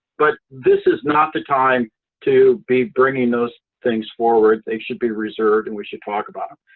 but this is not the time to be bringing those things forward. they should be reserved, and we should talk about them.